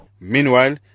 Meanwhile